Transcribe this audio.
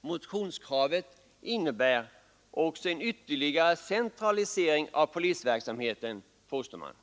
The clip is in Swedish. Motionskravet innebär också en ytterligare centralisering av polisverksamheten, påstår man.